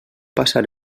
passar